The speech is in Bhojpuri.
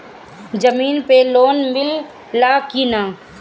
जमीन पे लोन मिले ला की ना?